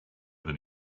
than